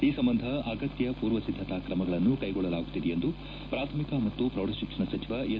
ಈ ಸಂಬಂಧ ಅಗತ್ತ ಪೂರ್ವ ಸಿದ್ದತಾ ಕ್ರಮಗಳನ್ನು ಕೈಗೊಳ್ಳಲಾಗುತ್ತಿದೆ ಎಂದು ಪ್ರಾಥಮಿಕ ಮತ್ತು ಪ್ರೌಢಶಿಕ್ಷಣ ಸಚಿವ ಎಸ್